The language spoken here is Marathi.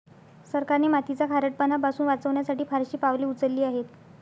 सरकारने मातीचा खारटपणा पासून वाचवण्यासाठी फारशी पावले उचलली आहेत